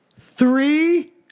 three